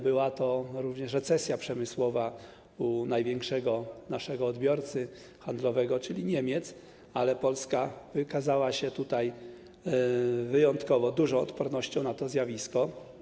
Było to związane również z recesją przemysłową u największego naszego odbiorcy handlowego, czyli Niemiec, ale Polska wykazała się tutaj wyjątkowo dużą odpornością na to zjawisko.